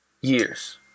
years